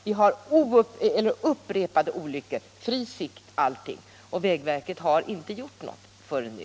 Det händer upprepade olyckor, trots fri sikt, och vägverket har inte gjort något förrän nu.